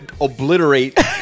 obliterate